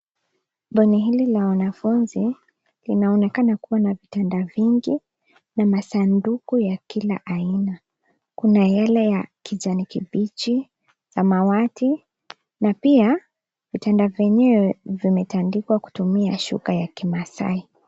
Bweni hili la wanafunzi linaonekana kuwa na vitanda vingi na masanduku ya kila aina. Kuna yale ya kijani kibichi, samawati na pia vitanda vyenyewe vimetandikwa kutumia shuka ya kimaasai.